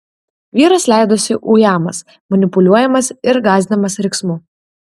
vyras leidosi ujamas manipuliuojamas ir gąsdinamas riksmu